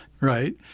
right